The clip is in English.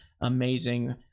amazing